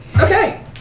Okay